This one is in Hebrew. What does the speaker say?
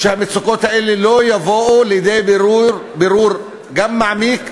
שהמצוקות האלה לא יבואו לידי בירור גם מעמיק,